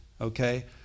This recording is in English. okay